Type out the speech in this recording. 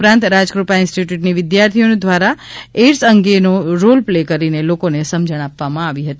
ઉપરાંત રાજકૃપા ઇન્સ્ટિટ્યુટની વિદ્યાર્થિનીઓ દ્વારા એઇડસ અંગેનો રોલપ્લે કરીને લોકોને સમજણ આપવામાં આવી હતી